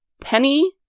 Penny